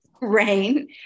rain